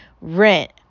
rent